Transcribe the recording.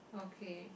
okay